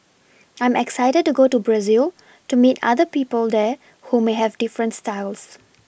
I'm excited to go to Brazil to meet other people there who may have different styles